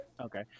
okay